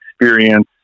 experience